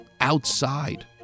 outside